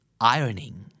Ironing